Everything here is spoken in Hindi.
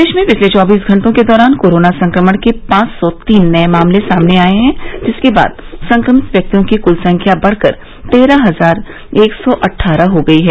प्रदेश में पिछले चौबीस घंटों के दौरान कोरोना संक्रमण के पांच सौ तीन नये मामले सामने आये हैं जिसके बाद संक्रमित व्यक्तियों की कुल संख्या बढ़कर तेरह हजार एक सौ अट्ठारह हो गयी है